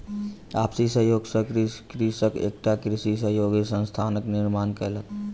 आपसी सहयोग सॅ कृषक एकटा कृषि सहयोगी संस्थानक निर्माण कयलक